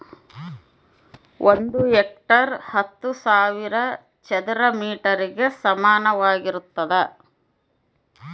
ಒಂದು ಹೆಕ್ಟೇರ್ ಹತ್ತು ಸಾವಿರ ಚದರ ಮೇಟರ್ ಗೆ ಸಮಾನವಾಗಿರ್ತದ